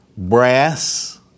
Brass